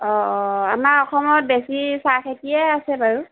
অঁ অঁ আমাৰ অসমত বেছি চাহ খেতিয়ে আছে বাৰু